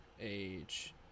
Age